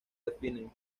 definen